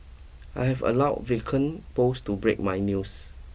I have allow vacant post to break my news